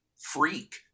freak